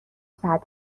صدر